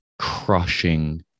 crushing